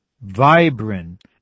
vibrant